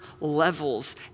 levels